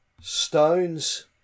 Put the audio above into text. Stones